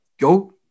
go